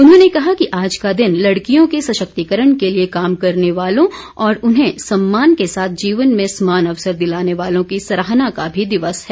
उन्होंने कहा कि आज का दिन लड़कियों के सशक्तिकरण के लिए काम करने वालों और उन्हें सम्मान के साथ जीवन में समान अवसर दिलाने वालों की सराहना का भी दिवस है